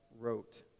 wrote